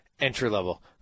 entry-level